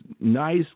nice